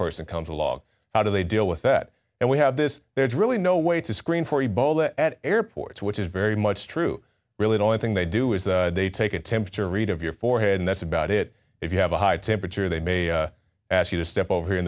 person comes along how do they deal with that and we have this there's really no way to screen for a ball that at airports which is very much true really the only thing they do is they take a temperature read of your forehead and that's about it if you have a high temperature they may ask you to step over here in